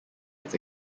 its